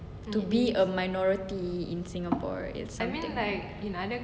to be a minority in singapore it's something like in other countries you will still be a minority